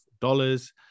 dollars